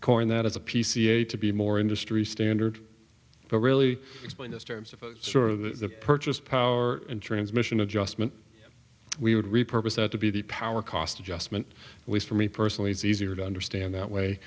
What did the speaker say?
corn that is a p c a to be more industry standard but really explain this terms of sort of the purchase power and transmission adjustment we would repurpose that to be the power cost adjustment was for me personally is easier to understand that way